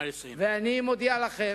ואני מודיע לכם: